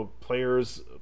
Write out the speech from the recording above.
players